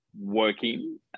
working